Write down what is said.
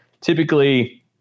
typically